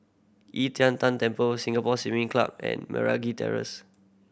E Tian Tan Temple Singapore Swimming Club and Meragi Terrace